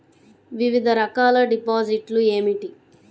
వివిధ రకాల డిపాజిట్లు ఏమిటీ?